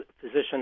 physician